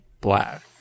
black